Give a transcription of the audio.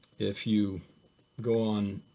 if you go on,